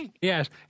Yes